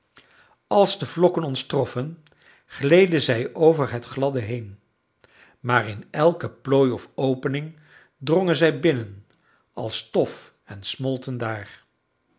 als de vlokken ons troffen gleden zij over het gladde heen maar in elke plooi of opening drongen zij binnen als stof en smolten daar